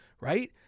right